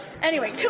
anyway,